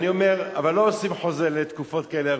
אני אומר, אבל לא עושים חוזה לתקופות כאלה ארוכות.